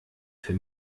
für